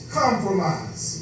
compromise